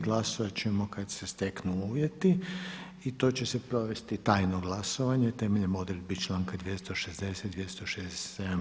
Glasovat ćemo kada se steknu uvjeti i to će se provesti tajno glasovanje temeljem odredbi članka 260., 267.